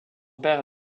père